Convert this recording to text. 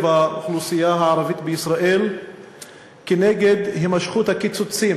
האוכלוסייה הערבית בישראל כנגד הימשכות הקיצוצים